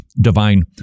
divine